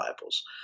Bibles